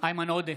איימן עודה,